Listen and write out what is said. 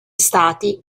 stati